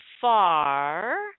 far